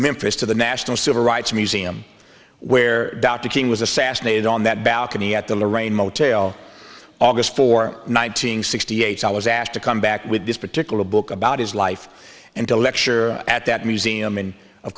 memphis to the national civil rights museum where dr king was assassinated on that balcony at the lorraine motel august for one thousand nine hundred sixty eight so i was asked to come back with this particular book about his life and to lecture at that museum and of